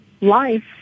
life